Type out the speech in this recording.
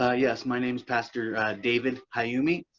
ah yes, my name's pastor david kayumy,